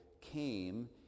came